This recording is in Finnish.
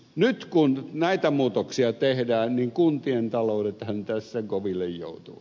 nyt kun näitä muutoksia tehdään niin kuntien taloudethan tässä koville joutuvat